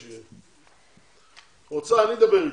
אם את רוצה, אני אדבר אתו.